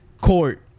court